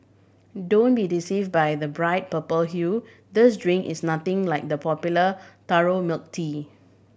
don't be deceive by the bright purple hue this drink is nothing like the popular taro milk tea